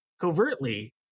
covertly